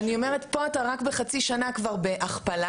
פה אתה רק בחצי שנה כבר בהכפלה,